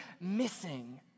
missing